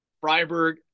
Freiburg